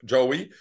Joey